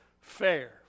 Fair